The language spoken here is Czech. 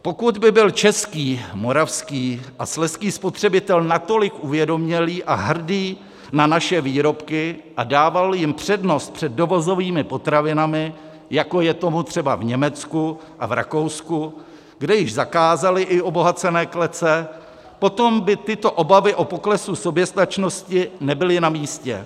Pokud by byl český, moravský a slezský spotřebitel natolik uvědomělý a hrdý na naše výrobky a dával jim přednost před dovozovými potravinami, jako je tomu třeba v Německu a v Rakousku, kde již zakázali i obohacené klece, potom by tyto obavy o poklesu soběstačnosti nebyly namístě.